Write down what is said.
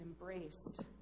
embraced